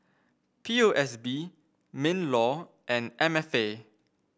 P O S B Minlaw and M F A